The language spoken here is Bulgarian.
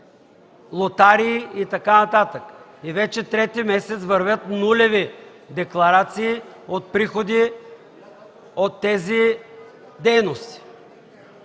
лотарии и така нататък. Вече трети месец вървят нулеви декларации от приходи от тези дейности.